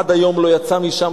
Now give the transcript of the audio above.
עד היום לא יצא משם,